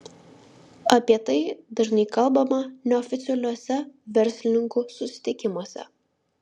apie tai dažnai kalbama neoficialiuose verslininkų susitikimuose